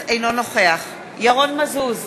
אינו נוכח ירון מזוז,